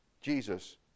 Jesus